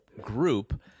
group